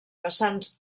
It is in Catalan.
vessants